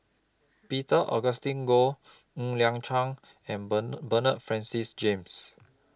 Peter Augustine Goh Ng Liang Chiang and bend Bernard Francis James